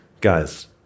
Guys